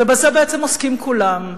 ובזה בעצם עוסקים כולם,